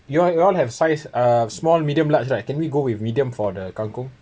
you'll you all have size uh small medium large right can we go with medium for the kangkong